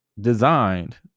designed